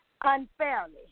unfairly